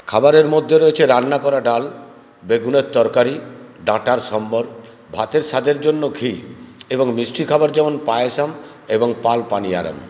খাবারের মধ্যে রয়েছে রান্না করা ডাল বেগুনের তরকারি ডাঁটার সম্বর ভাতের স্বাদের জন্য ঘি এবং মিষ্টি খাবার যেমন পায়সম এবং পাল পানিয়ারম